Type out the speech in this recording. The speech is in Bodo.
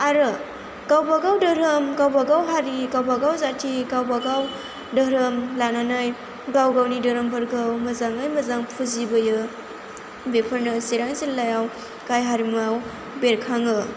आरो गावबा गाव धोरोम गावबा गाव हारि गावबा गाव जाति गावबा गाव धोरोम लानानै गाव गावनि धोरोमफोरखौ मोजाङै मोजां फुजिबोयो बेफोरनो चिरां जिल्लायाव गाहाइ हारिमुआव बेरखाङो